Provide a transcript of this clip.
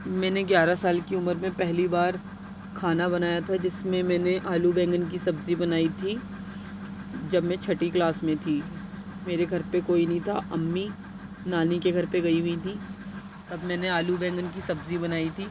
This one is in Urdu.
میں نے گیارہ سال کی عمر میں پہلی بار کھانا بنایا تھا جس میں نے آلو بینگن کی سبزی بنائی تھی جب میں چھٹی کلاس میں تھی میرے گھر پہ کوئی نہیں تھا امی نانی کے گھر پہ گئی ہوئی تھیں تب میں نے آلو بینگن کی سبزی بنائی تھی